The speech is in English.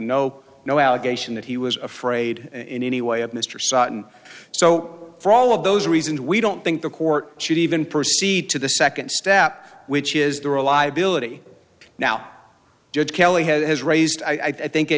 no no allegation that he was afraid in any way of mr sutton so for all of those reasons we don't think the court should even proceed to the second step which is the reliability now judge kelly has raised i think